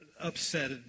upset